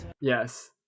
Yes